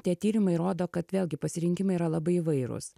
tie tyrimai rodo kad vėlgi pasirinkimai yra labai įvairūs